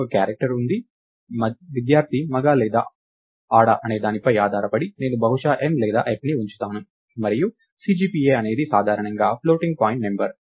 నాకు ఒక క్యారెక్టర్ ఉంది విద్యార్థి మగ లేదా ఆడ అనేదానిపై ఆధారపడి నేను బహుశా m లేదా fని ఉంచుతాను మరియు CGPA అనేది సాధారణంగా ఫ్లోటింగ్ పాయింట్ నంబర్